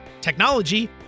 technology